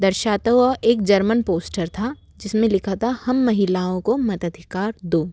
दर्शाता हुआ एक जर्मन पोस्टर था जिसमें लिखा था हम महिलाओं को मताधिकार दो